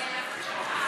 תיקון